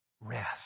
rest